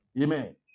Amen